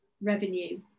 revenue